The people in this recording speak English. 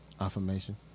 Affirmation